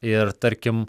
ir tarkim